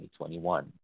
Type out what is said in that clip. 2021